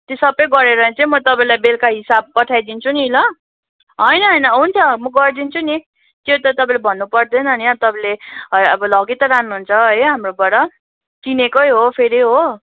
त्यो सबै गरेर चाहिँ म तपाईँलाई बेलुका हिसाब पठाइदिन्छु नि ल होइन होइन हुन्छ म गरिदिन्छु नि त्यो त तपाईँले भन्नु पर्दैन नि तपाईँले लगि त रहनु हुन्छ नि हाम्रोबाट चिनैको हो फेरि हो